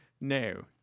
No